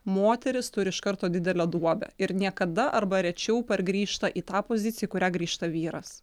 moteris turi iš karto didelę duobę ir niekada arba rečiau pargrįžta į tą poziciją į kurią grįžta vyras